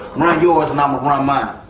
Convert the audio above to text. run yours and i'ma run mine.